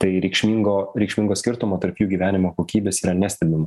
tai reikšmingo reikšmingo skirtumo tarp jų gyvenimo kokybės yra nestebima